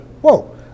whoa